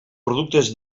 productes